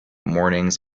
mornings